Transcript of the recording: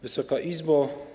Wysoka Izbo!